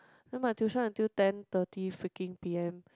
and my tuition until ten thirty freaking P_M